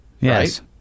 Yes